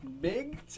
Big